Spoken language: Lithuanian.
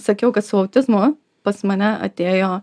sakiau kad su autizmu pas mane atėjo